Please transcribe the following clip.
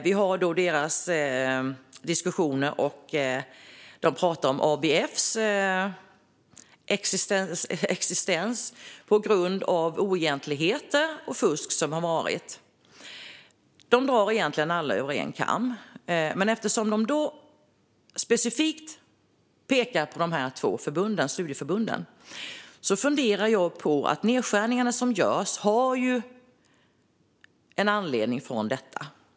Vi har de diskussionerna, och de talar om ABF:s existens på grund av oegentligheter och fusk som har varit. De drar egentligen alla över en kam. Eftersom de specifikt pekar på de två studieförbunden funderar jag. De nedskärningar som görs har en anledning från detta.